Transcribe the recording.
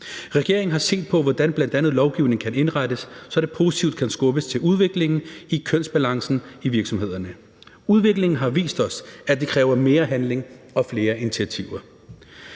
Regeringen har set på, hvordan bl.a. lovgivningen kan indrettes, så der positivt kan skubbes til udviklingen i kønsbalancen i virksomhederne. Udviklingen har vist os, at det kræver mere handling og flere initiativer.